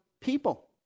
people